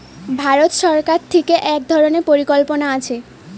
ভারত সরকার থিকে এক ধরণের পরিকল্পনা আছে